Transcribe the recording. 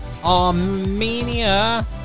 Armenia